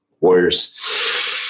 Warriors